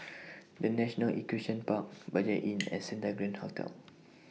The National Equestrian Park Budget Inn and Santa Grand Hotel